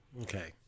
Okay